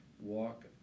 Walk